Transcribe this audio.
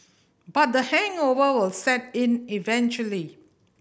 but the hangover will set in eventually